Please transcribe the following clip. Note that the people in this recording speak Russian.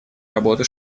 работы